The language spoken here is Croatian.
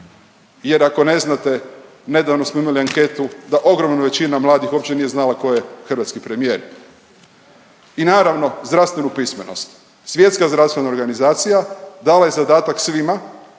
jer ako ne znate nedavno smo imali anketu da ogromna većina mladih uopće nije znala ko je hrvatski premijer i naravno zdravstvenu pismenost. Svjetska zdravstvena organizacija dala je zadatak svima,